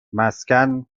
مسکن